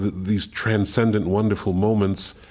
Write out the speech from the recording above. these transcendent, wonderful moments.